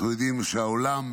אנחנו יודעים שהעולם,